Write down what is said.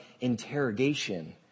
interrogation